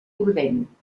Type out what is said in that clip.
prudent